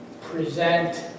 present